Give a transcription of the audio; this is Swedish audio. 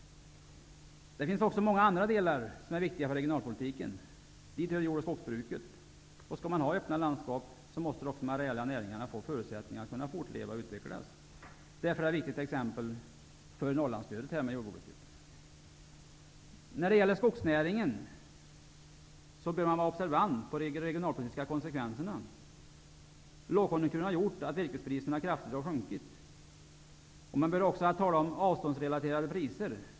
Det finns också många andra delar som är viktiga för regionalpolitiken. Dit hör jord och skogsbruket. Om man skall kunna ha öppna landskap måste de areella näringarna få förutsättningar för att kunna fortleva och utvecklas. Därför är t.ex. Norrlandsstödet viktigt för jordbruket. När det gäller skogsnäringen bör man vara observant på de regionalpolitiska konsekvenserna. Lågkonjunkturen har gjort att virkespriserna kraftigt har sjunkit. Man börjar också tala om avståndsrelaterade priser.